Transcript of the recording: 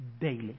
daily